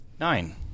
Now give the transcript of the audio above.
Nine